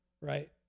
right